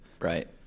Right